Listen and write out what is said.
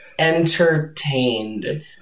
entertained